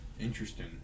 Interesting